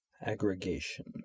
aggregation